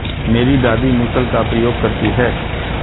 मेरी दादी मूसल का प्रयोग करती हैं